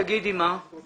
תגידי איזה פרקים הוקראו.